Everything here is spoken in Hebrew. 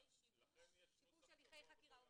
לכם יש זכות --- שיבוש הליכי חקירה ומשפט.